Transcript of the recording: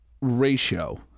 ratio